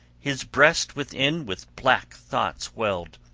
his breast within with black thoughts welled,